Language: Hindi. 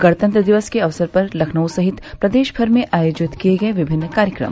गणतंत्र दिवस के अवसर पर लखनऊ सहित प्रदेश भर में आयोजित किये गये विभिन्न कार्यक्रम